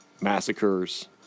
massacres